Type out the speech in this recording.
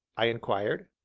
i inquired.